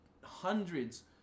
hundreds